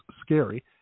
scary